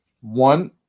one